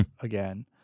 again